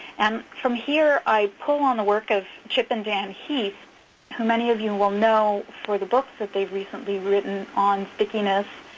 and from here, i pull on the work of chip and dan heath who many of you will know for the books that they have recently written on stickiness,